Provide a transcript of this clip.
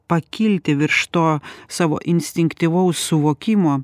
pakilti virš to savo instinktyvaus suvokimo